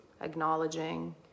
acknowledging